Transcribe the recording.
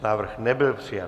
Návrh nebyl přijat.